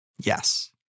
Yes